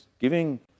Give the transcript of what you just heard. giving